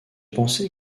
pensé